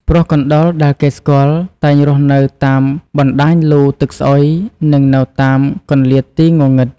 ព្រោះកណ្តុរដែលគេស្គាល់តែងរស់នៅតាមបណ្តាញលូទឹកស្អុយ និងនៅតាមកន្លៀតទីងងឹត។